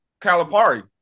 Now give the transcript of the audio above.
Calipari